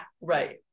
Right